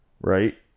right